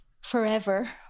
forever